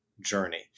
journey